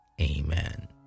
Amen